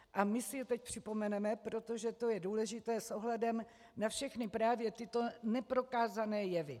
A my si je teď připomeneme, protože to je důležité s ohledem na všechny právě tyto neprokázané jevy.